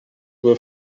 were